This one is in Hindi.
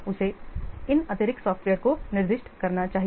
उसे इन अतिरिक्त सॉफ्टवेयर्स को निर्दिष्ट करना चाहिए